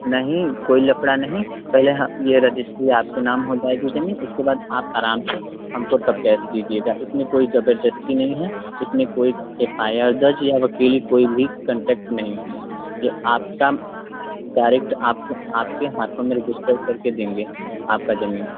नहीं कोई लफड़ा नहीं पहले हाँ ये रजिस्ट्री आपके नाम हो जाएगी जमीन उसके बाद आप आराम से हमको तब कैश दीजिएगा इसमें कोई जबरजस्ती नहीं है इसमें कोई एफ आई आर दर्ज या वकील कोई भी कंटेक्ट नहीं है ये आपका डायरेक्ट आपके आपके हाथों में रजिस्टर करके देंगे आपका जमीन